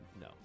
No